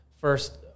first